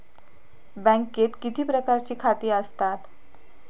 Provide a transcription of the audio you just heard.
बँकेत किती प्रकारची खाती आसतात?